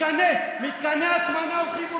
מתקני הטמנה הולכים ומורחבים.